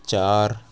چار